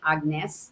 Agnes